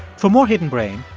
for more hidden brain,